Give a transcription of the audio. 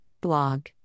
Blog